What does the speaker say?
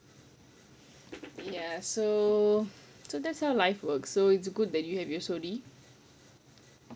ya so so that's how life works so it's good that you have your sudhir